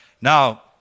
Now